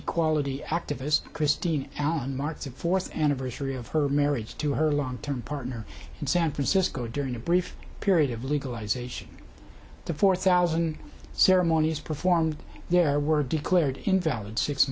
equality activist christine allen marks the fourth anniversary of her marriage to her long term partner in san francisco during a brief period of legalization the four thousand ceremonies performed there were declared invalid six